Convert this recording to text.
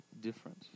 different